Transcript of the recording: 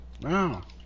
wow